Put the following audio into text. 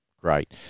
Great